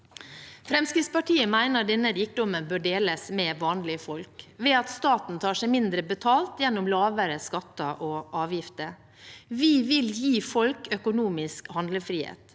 Fremskrittspartiet mener denne rikdommen bør deles med vanlige folk ved at staten tar seg mindre betalt gjennom lavere skatter og avgifter. Vi vil gi folk økonomisk handlefrihet.